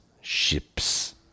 Ships